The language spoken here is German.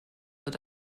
wird